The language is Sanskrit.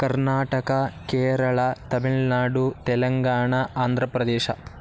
कर्नाटका केरळा तमिल्नाडु तेलङ्गाणा आन्ध्रप्रदेशः